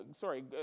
sorry